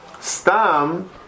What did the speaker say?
stam